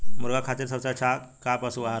मुर्गा खातिर सबसे अच्छा का पशु आहार बा?